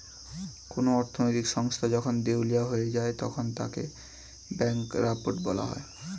কোন অর্থনৈতিক সংস্থা যখন দেউলিয়া হয়ে যায় তখন তাকে ব্যাঙ্করাপ্ট বলা হয়